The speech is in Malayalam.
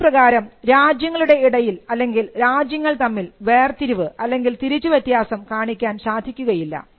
അത് പ്രകാരം രാജ്യങ്ങളുടെ ഇടയിൽ അല്ലെങ്കിൽ രാജ്യങ്ങൾ തമ്മിൽ വേർതിരിവ് അല്ലെങ്കിൽ തിരിച്ചു വ്യത്യാസം കാണിക്കാൻ സാധിക്കുകയില്ല